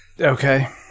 Okay